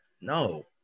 No